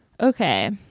Okay